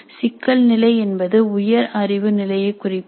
சிக்கல் நிலை என்பது உயர் அறிவு நிலையைக் குறிப்பது